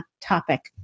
topic